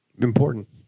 important